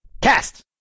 Cast